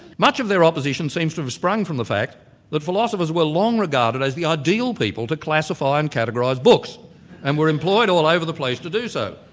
much of their opposition seems to have sprung from the fact that philosophers were long regarded as the ideal people to classify and categories books and were employed all over the place to do so.